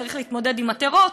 צריך להתמודד עם הטרור,